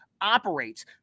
operates